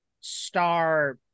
star